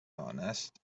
onest